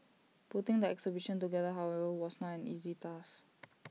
putting the exhibition together however was not easy task